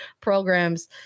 programs